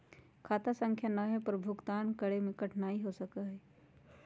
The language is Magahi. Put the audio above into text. खाता संख्या ना होवे पर भुगतान प्राप्त करे में कठिनाई हो सका हई